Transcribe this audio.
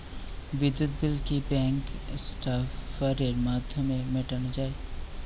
বিদ্যুৎ বিল কি ব্যাঙ্ক ট্রান্সফারের মাধ্যমে মেটানো য়ায়?